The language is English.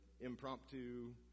impromptu